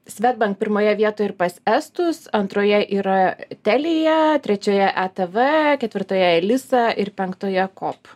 swedbank pirmoje vietoj ir pas estus antroje yra telia trečioje etv ketvirtoje elisa ir penktoje kop